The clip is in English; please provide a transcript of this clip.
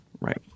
Right